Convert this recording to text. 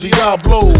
Diablo